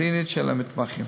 הקלינית של המתמחים.